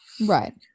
Right